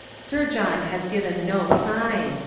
sir john has given no sign.